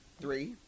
three